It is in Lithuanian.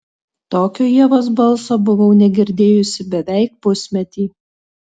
tokio ievos balso buvau negirdėjusi beveik pusmetį